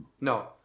No